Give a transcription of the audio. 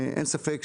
הסביבה.